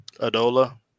Adola